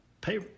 pay